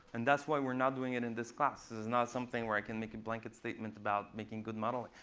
and that's why we're not doing it in this class. this is not something where i can make a blanket statement about making good modeling.